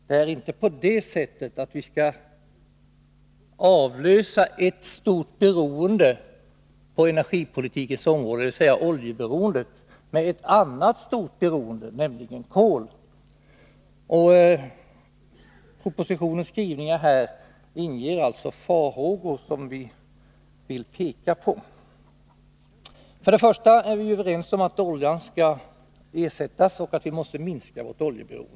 Det är ju inte så, att vi skall avlösa ett stort beroende på energipolitikens område, dvs. oljeberoendet, med ett annat stort beroende, nämligen beroendet av kol. Propositionens skrivningar på den här punkten inger farhågor, vilket vi vill peka på. Främst vill jag framhålla att vi är överens om att oljan skall ersättas med någonting annat och att vi måste minska vårt oljeberoende.